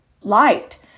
light